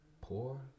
poor